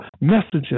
messages